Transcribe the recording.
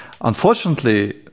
Unfortunately